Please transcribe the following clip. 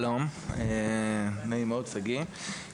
שלום, שמי שגיא בכר, נעים מאוד.